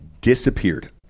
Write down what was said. disappeared